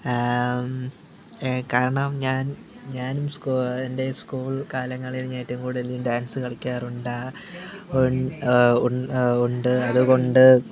കാരണം ഞാന് ഞാന് എന്റെ സ്കൂള് കാലങ്ങളില് ഞാന് ഏറ്റവും കൂടുതല് ഡാന്സ് കളിക്കാറുണ്ടാ ഉണ്ട് അതുകൊണ്ട്